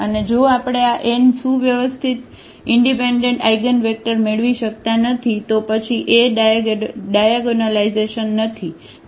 અને જો આપણે આ n સુવ્યવસ્થિત ઇનડિપેન્ડન્ટ આઇગનવેક્ટર મેળવી શકતા નથી તો પછી એ એ ડાયાગોનલાઇઝેશન નથી